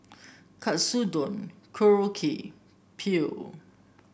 Katsudon Korokke Pho